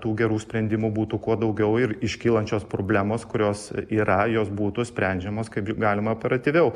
tų gerų sprendimų būtų kuo daugiau ir iškylančios problemos kurios yra jos būtų sprendžiamos kaip galima operatyviau